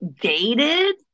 dated